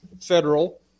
federal